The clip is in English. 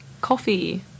coffee